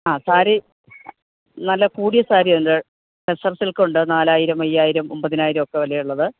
ആ സാരി നല്ല കൂടിയ സാരിയുണ്ട് ടെസർ സിൽക്കുണ്ട് നാലായിരം അയ്യായിരം ഒമ്പതിനായിരം ഒക്കെ വിലയുള്ളത്